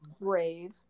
Brave